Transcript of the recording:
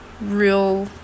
real